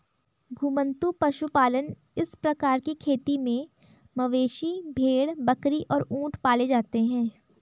घुमंतू पशुपालन इस प्रकार की खेती में मवेशी, भेड़, बकरी और ऊंट पाले जाते है